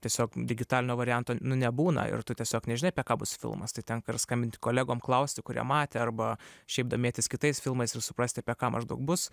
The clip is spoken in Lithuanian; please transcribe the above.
tiesiog digitalinio varianto nu nebūna ir tu tiesiog nežinai apie ką bus filmas tai tenka ir skambinti kolegom klausti kurie matė arba šiaip domėtis kitais filmais ir suprasti apie ką maždaug bus